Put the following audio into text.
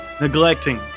neglecting